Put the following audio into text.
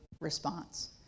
response